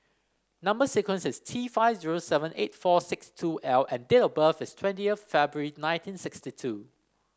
number sequence is T five zero seven eight four six two L and date of birth is twenty of February nineteen sixty two